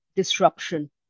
disruption